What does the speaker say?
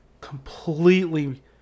Completely